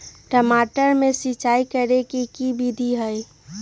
टमाटर में सिचाई करे के की विधि हई?